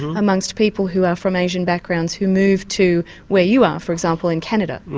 amongst people who are from asian backgrounds who move to where you are, for example, in canada?